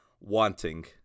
wanting